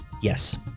Yes